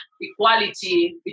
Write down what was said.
equality